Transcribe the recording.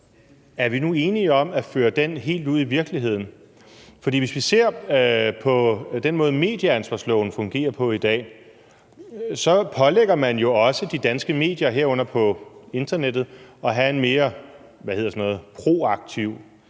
om vi nu er enige om at føre den helt ud i virkeligheden. For hvis vi ser på den måde, medieansvarsloven fungerer på i dag, pålægger man jo også de danske medier, herunder på internettet, at have en mere –